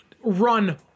run